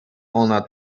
ona